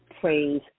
praise